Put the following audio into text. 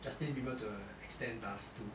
justin bieber to a extent does too